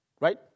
right